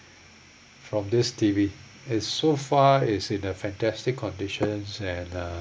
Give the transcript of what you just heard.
from this T_V it's so far it's in a fantastic conditions and uh